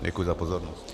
Děkuji za pozornost.